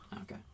Okay